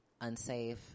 unsafe